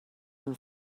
and